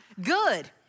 good